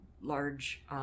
large